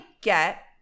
get